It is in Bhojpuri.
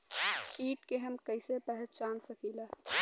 कीट के हम कईसे पहचान सकीला